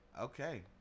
Okay